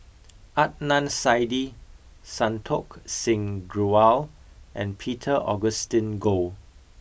Adnan Saidi Santokh Singh Grewal and Peter Augustine Goh